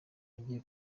yagiye